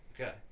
Okay